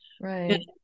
Right